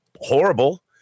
horrible